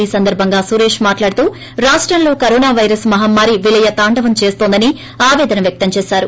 ఈ సందర్బంగా సురేష్ మాట్లాడుతూ రాష్టంలో కరోనా వైరస్ మహమ్మారి విలయ తాండవం చేస్తోందని ఆవేదన వ్యక్తం చేశారు